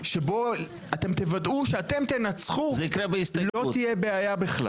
שבו תוודאו שאתם תנצחו, לא תהיה בעיה בכלל.